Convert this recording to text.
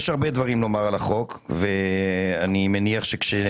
יש הרבה דברים לומר על החוק ואני מניח שכאשר